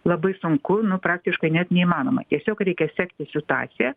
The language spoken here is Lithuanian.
labai sunku nu praktiškai net neįmanoma tiesiog reikia sekti situaciją